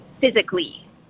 physically